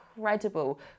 incredible